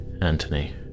Anthony